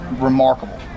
remarkable